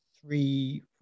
three